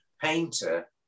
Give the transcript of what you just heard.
painter